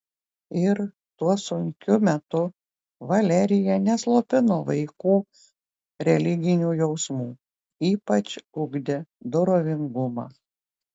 ir tuo sunkiu metu valerija neslopino vaikų religinių jausmų ypač ugdė dorovingumą